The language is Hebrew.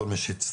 כל מי שהצטרף,